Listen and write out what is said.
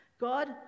God